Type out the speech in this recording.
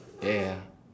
ya ya